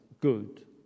good